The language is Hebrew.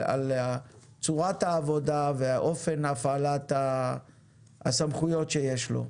על צורת העבודה והאופן הפעלת הסמכויות שיש לו.